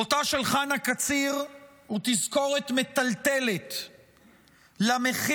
מותה של חנה קציר הוא תזכורת מטלטלת למחיר